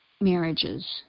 marriages